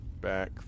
back